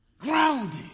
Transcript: grounded